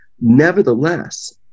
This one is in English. Nevertheless